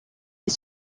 les